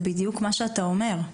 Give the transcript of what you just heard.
זה בדיוק מה שאתה אומר.